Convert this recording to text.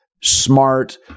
smart